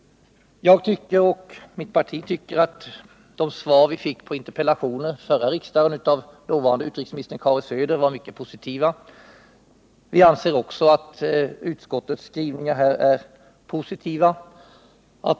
Jag och mitt parti tycker att de svar vi fick på vår interpellation förra riksdagen av dåvarande utrikesministern Karin Söder var mycket positiva. Vi anser också att utskottets skrivning i dag är positiv.